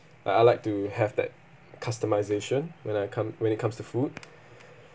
I I'd like to have that customization when I come when it comes to food